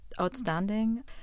outstanding